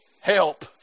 help